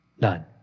None